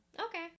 Okay